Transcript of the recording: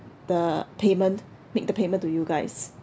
the payment make the payment to you guys